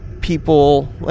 people